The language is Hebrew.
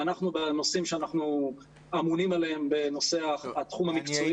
ובנושאים שאנחנו אמונים עליהם בנושא התחום המקצועי